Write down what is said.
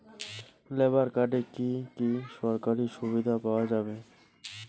Labour কার্ডে কি কি সরকারি সুবিধা পাওয়া যাবে?